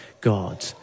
God